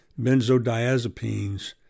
Benzodiazepines